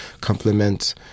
compliment